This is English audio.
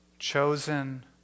Chosen